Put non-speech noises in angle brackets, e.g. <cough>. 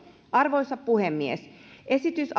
arvoisa puhemies esitys <unintelligible>